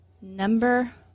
Number